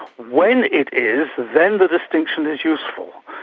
when it is, then the distinction is useful.